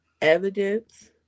evidence